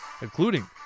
Including